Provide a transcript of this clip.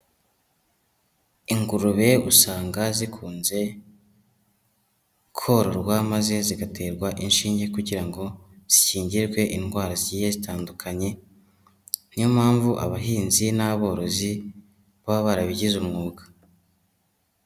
Ingurube usanga zikunze kororwa maze zigaterwa inshinge kugira ngo zikingirwe indwara ziye zitandukanye, ni yo mpamvu abahinzi n'aborozi baba barabigize umwuga.